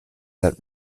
had